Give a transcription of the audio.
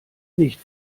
nicht